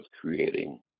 creating